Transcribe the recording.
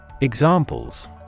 Examples